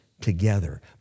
together